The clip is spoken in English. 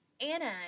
Anna